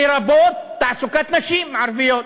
לרבות תעסוקת נשים ערביות.